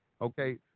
Okay